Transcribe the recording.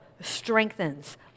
strengthens